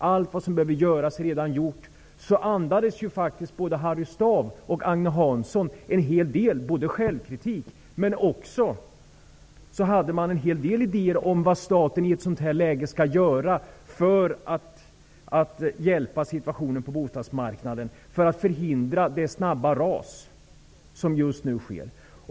Allt som behöver göras är redan gjort. Men både Harry Staaf och Agne Hansson andades en hel del självkritik, men de hade också en hel del idéer om vad staten i ett sådant här läge skall göra för att förbättra situationen på bostadsmarknaden och för att förhindra det snabba ras som just nu sker.